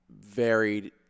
varied